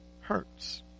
hurts